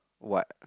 what